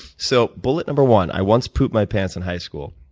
so bullet number one, i once pooped my pants in high school.